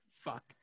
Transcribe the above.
Fuck